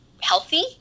healthy